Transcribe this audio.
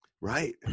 Right